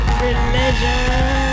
religion